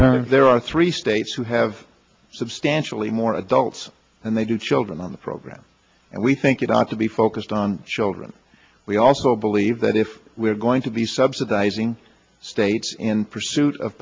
and there are three states who have substantially more adults and they do children on the program and we it ought to be focused on children we also believe that if we're going to be subsidizing states in pursuit of